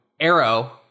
arrow